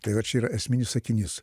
tai va čia yra esminis sakinys